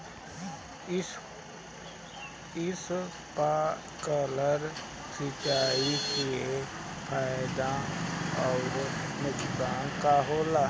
Sprinkler सिंचाई से फायदा अउर नुकसान का होला?